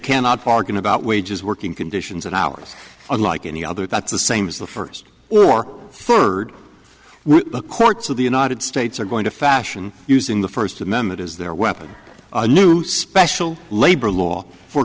cannot bargain about wages working conditions and hours unlike any other that's the same as the first or third the courts of the united states are going to fashion using the first amendment as their weapon a new special labor